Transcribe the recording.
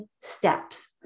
steps